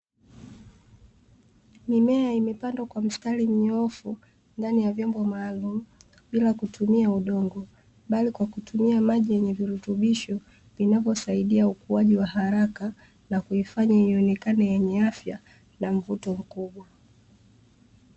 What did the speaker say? Mimea imepandwa kwa mstari mnyoofu ndani ya vyombo maalumu bila kutumia udongo, bali kwa kutumia maji yenye virutubisho vinavyosaidia ukuaji wa haraka, na kuifanya ionekana yenye afya na mvuto mkubwa.